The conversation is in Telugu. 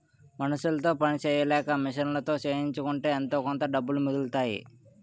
మనుసులతో పని సెయ్యలేక మిషన్లతో చేయించుకుంటే ఎంతోకొంత డబ్బులు మిగులుతాయి